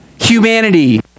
humanity